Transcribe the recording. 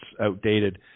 outdated